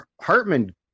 Hartman